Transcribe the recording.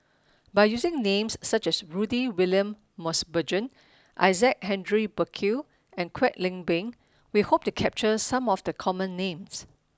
by using names such as Rudy William Mosbergen Isaac Henry Burkill and Kwek Leng Beng we hope to capture some of the common names